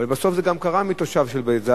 הרי בסוף זה גם קרה בגלל תושב של בית-זית,